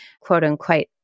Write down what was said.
quote-unquote